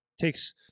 takes